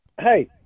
hey